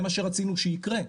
זה מה שרצינו שיקרה.